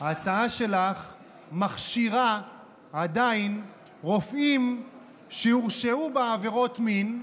ההצעה שלך מכשירה עדיין רופאים שהורשעו בעבירות מין,